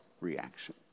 reaction